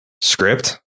script